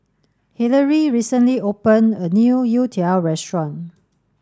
Hillery recently opened a new Youtiao restaurant